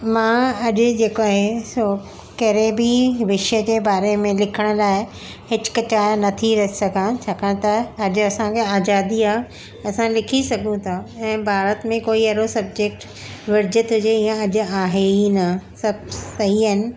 मां अॼु जेको आहे सो कहिड़े बि विषय जे बारे में लिखण लाइ हिचकिचाए न थी रही सघां छाकाणि त अॼु असांखे आज़ादी आहे असां लिखी सघूं था ऐं भारत में कोई अहिड़ो सब्जेक्ट वर्जित हुजे या हीउ अॼु आहे ई न सभु सही आहिनि